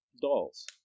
dolls